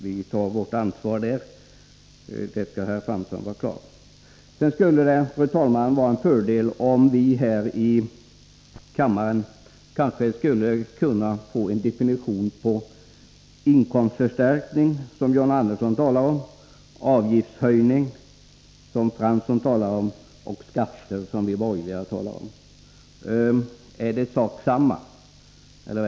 Vi tar vårt ansvar där — det skall herr Fransson ha klart för sig. Det skulle, fru talman, vara en fördel om vi här i kammaren kunde få en definition på inkomstförstärkning, som John Andersson talar om, avgiftshöjning, som Jan Fransson talar om, och skatter, som vi borgerliga talar om. Är det samma sak eller inte?